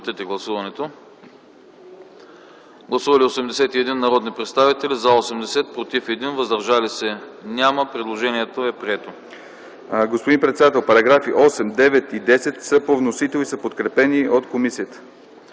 Гласували 81 народни представители: за 80, против 1, въздържали се няма. Предложението е прието.